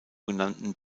genannten